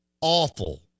awful